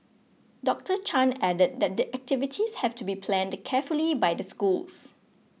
Doctor Chan added that the activities have to be planned carefully by the schools